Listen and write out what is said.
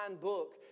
book